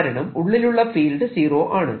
കാരണം ഉള്ളിലുള്ള field zero ആണ്